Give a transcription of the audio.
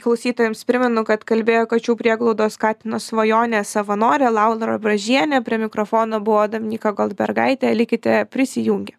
klausytojams primenu kad kalbėjo kačių prieglaudos katino svajonė savanorė laura bražienė prie mikrofono buvo dominyka goldbergaitė likite prisijungę